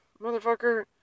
motherfucker